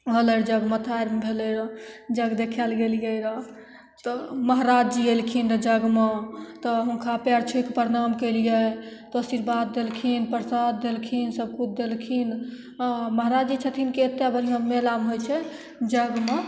होलै रहै यज्ञ मथाइ भेलै रहै यज्ञ देखै ले गेलिए रहै तऽ महराजजी अएलखिन यज्ञमे तऽ हुनका पाएर छुइके परनाम केलिए आशीर्वाद देलखिन परसाद देलखिन सभकेँ देलखिन आओर महराज जे छथिन एकटा बढ़िआँ मेलामे होइ छै यज्ञमे